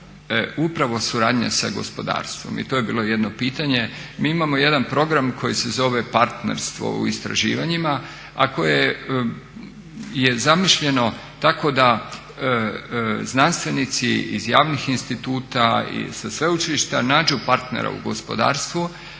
upravo suradnja sa gospodarstvom i to je bilo jedno pitanje. Mi imamo jedan program koji se zove "Partnerstvo u istraživanjima" a koje je zamišljeno tako da znanstvenici iz javnih instituta i sa sveučilišta nađu partnera u gospodarstvu,